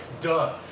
duh